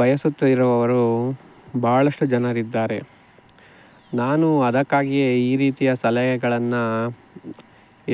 ಬಯಸುತ್ತಿರುವವರು ಬಹಳಷ್ಟು ಜನರಿದ್ದಾರೆ ನಾನು ಅದಕ್ಕಾಗಿಯೇ ಈ ರೀತಿಯ ಸಲಹೆಗಳನ್ನು